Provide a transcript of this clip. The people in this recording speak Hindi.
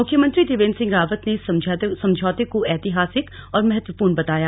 मुख्यमंत्री त्रिवेन्द्र सिंह रावत ने इस समझौते को ऐतिहासिक और महत्वपूर्ण बताया